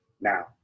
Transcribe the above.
now